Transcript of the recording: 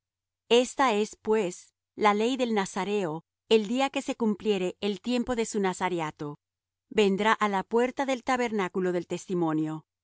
esta es pues la ley del nazareo el día que se cumpliere el tiempo de su nazareato vendrá á la puerta del tabernáculo del testimonio y